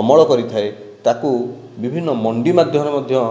ଅମଳ କରିଥାଏ ତାକୁ ବିଭିନ୍ନ ମଣ୍ଡି ମାଧ୍ୟମରେ ମଧ୍ୟ